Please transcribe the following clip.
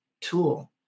tool